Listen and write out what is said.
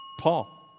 Paul